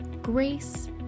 Grace